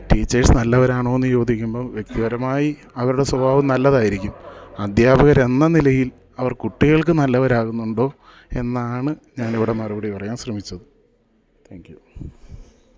teachers നല്ലവരാണോയെന്നു ചോദിക്കുമ്പം വ്യക്തിപരമായി അവരുടെ സ്വഭാവം നല്ലതായിരിക്കും അദ്ധ്യാപകരെന്ന നിലയിൽ അവർ കുട്ടികൾക്ക് നല്ലവരാകുന്നുണ്ടോ എന്നാണ് ഞാനിവിടെ മറുപടി പറയാൻ ശ്രമിച്ചത് താങ്ക് യു